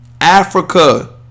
Africa